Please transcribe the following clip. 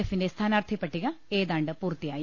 A ഫിന്റെ സ്ഥാനാർത്ഥി പട്ടിക ഏതാണ്ട് പൂർത്തിയായി